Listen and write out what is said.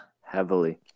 Heavily